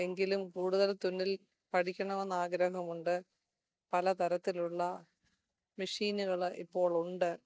എങ്കിലും കൂടുതൽ തുന്നൽ പഠിക്കണമെന്ന് ആഗ്രഹമുണ്ട് പലതരത്തിലുള്ള മെഷീനുകൾ ഇപ്പോഴുണ്ട്